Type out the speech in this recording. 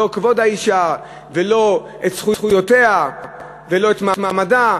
לא כבוד האישה ולא את זכויותיה ולא את מעמדה.